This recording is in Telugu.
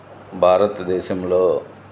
భారతదేశంలో